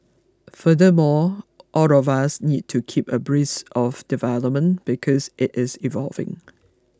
furthermore all of us need to keep abreast of developments because it is evolving